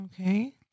Okay